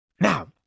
Now